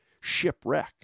shipwreck